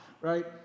right